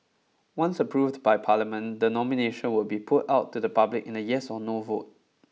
once approved by parliament the nomination will be put out to the public in a yes or no vote